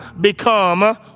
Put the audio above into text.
become